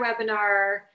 webinar